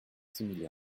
similé